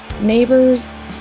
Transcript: Neighbors